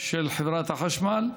של חברת החשמל.